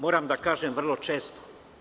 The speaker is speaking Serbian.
Moram da kažem, vrlo često.